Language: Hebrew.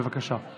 בבקשה.